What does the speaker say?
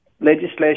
legislation